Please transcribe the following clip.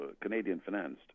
Canadian-financed